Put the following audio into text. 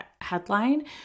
headline